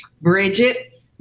Bridget